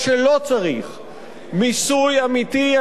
מיסוי אמיתי על אלה שיש להם,